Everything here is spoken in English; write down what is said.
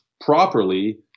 properly